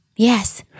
Yes